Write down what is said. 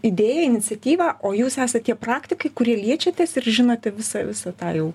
idėją iniciatyvą o jūs esat tie praktikai kuri liečiatės ir žinote visą visą tą jau